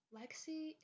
Lexi